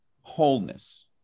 wholeness